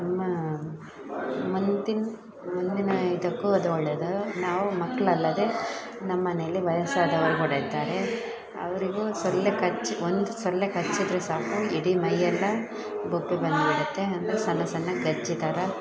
ನಮ್ಮ ಮುಂದಿನ ಮುಂದಿನ ಇದಕ್ಕೂ ಅದು ಒಳ್ಳೆಯದು ನಾವು ಮಕ್ಕಳಲ್ಲದೆ ನಮ್ಮ ಮನೆಯಲ್ಲಿ ವಯಸ್ಸಾದವ್ರು ಕೂಡ ಇದ್ದಾರೆ ಅವರಿಗೂ ಸೊಳ್ಳೆ ಕಚ್ಚಿ ಒಂದು ಸೊಳ್ಳೆ ಕಚ್ಚಿದರೆ ಸಾಕು ಇಡೀ ಮೈಯೆಲ್ಲ ಬೊಬ್ಬೆ ಬಂದುಬಿಡುತ್ತೆ ಅಂದರೆ ಸಣ್ಣ ಸಣ್ಣ ಕಜ್ಜಿ ಥರ